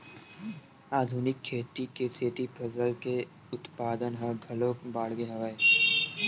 आधुनिक खेती के सेती फसल के उत्पादन ह घलोक बाड़गे हवय